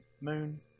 Moon